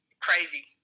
crazy